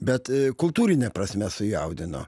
bet kultūrine prasme sujaudino